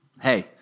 hey